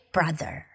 Brother